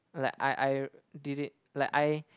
like I I did it like I